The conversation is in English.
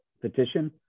petition